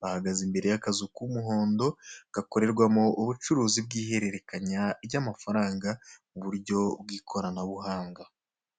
Bahagaze imbere y'akazu k'umuhondo gakorerwamo ubucuruzi bw'ihererekanya, ry'amafaranga mu buryo bw'koranabuhanga.